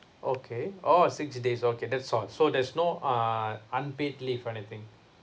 okay oh six days okay that's all so there's no uh unpaid leave or anything